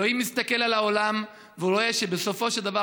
אלוהים מסתכל על העולם ורואה שבסופו של דבר,